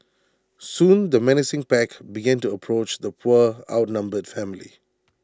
soon the menacing pack began to approach the poor outnumbered family